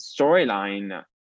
storyline